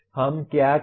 हम क्या करें